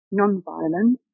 non-violent